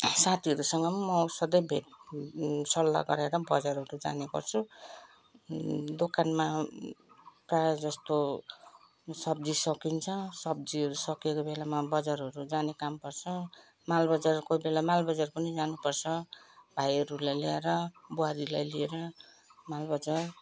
साथीहरूसँग पनि म सधैँ भेट सल्लाह गरेर बजारहरू जाने गर्छु दोकानमा प्रायः जस्तो सब्जी सकिन्छ सब्जीहरू सकिएको बेलामा बजारहरू जाने काम पर्छ मालबजार कोही बेला मालबजार पनि जानुपर्छ भाइहरूलाई ल्याएर बुहारीलाई लिएर मालबजार